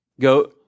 Go